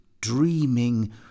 dreaming